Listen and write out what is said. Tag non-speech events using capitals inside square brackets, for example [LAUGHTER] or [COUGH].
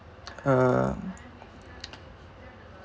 uh [NOISE]